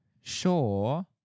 Sure